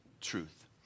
truth